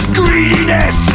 greediness